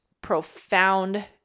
profound